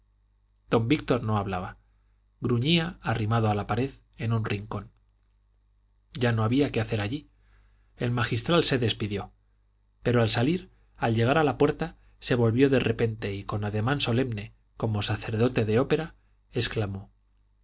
don víctor no hablaba gruñía arrimado a la pared en un rincón ya no había qué hacer allí el magistral se despidió pero al salir al llegar a la puerta se volvió de repente y con ademán solemne como sacerdote de ópera exclamó